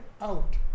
out